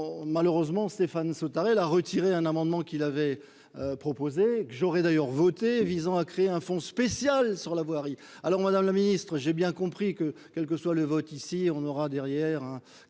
on malheureusement, Stéphane Sautarel a retiré un amendement qui l'avait proposé que j'aurais d'ailleurs voté visant à créer un fonds spécial sur la voirie, alors Madame le Ministre, j'ai bien compris que, quel que soit le vote, ici on aura derrière